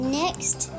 next